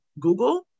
google